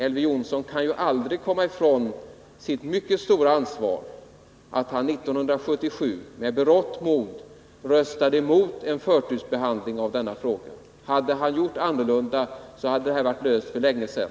Elver Jonsson kan tyvärr aldrig komma ifrån sitt eget mycket stora ansvar när han 1977 med berått mod röstade emot en förtursbehandling av den här frågan. Hade han handlat annorlunda den gången skulle de långtidssjuka ha haft sitt anställningsskydd för länge sedan.